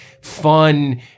fun